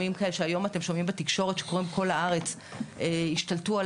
שהיום אתם שומעים בתקשורת שקורים בכל הארץ השתלטו על